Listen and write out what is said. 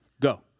Go